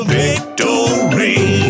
victory